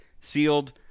sealed